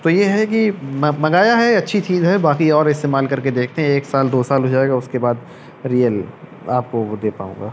تو یہ ہے کہ منگایا ہے اچھی چیز ہے باقی اور استعمال کر کے دیکھتے ہیں ایک سال دو سال ہو جائے گا اس کے بعد ریئل آپ کو وہ دے پاؤں گا